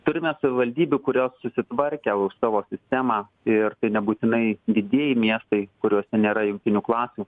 turime savivaldybių kurios susitvarkę jau savo sistemą ir tai nebūtinai didieji miestai kuriuose nėra jungtinių klasių